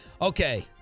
Okay